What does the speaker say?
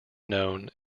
known